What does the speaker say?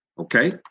Okay